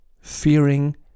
fearing